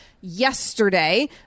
yesterday